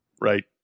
Right